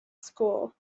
school